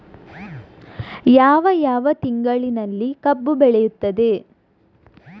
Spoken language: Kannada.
ಯಾವ ಯಾವ ತಿಂಗಳಿನಲ್ಲಿ ಕಬ್ಬು ಬೆಳೆಯುತ್ತದೆ?